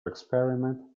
experiment